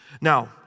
Now